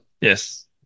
Yes